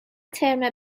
ترم